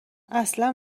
اصلا